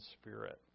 Spirit